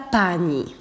pani